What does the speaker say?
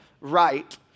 Right